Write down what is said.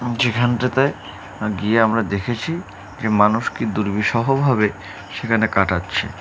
যেখানটা তাই গিয়ে আমরা দেখেছি যে মানুষ কি দুর্বিসহভাবে সেখানে কাটাচ্ছে